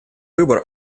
выбор